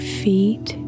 feet